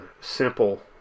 simple